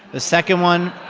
the second one.